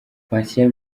patient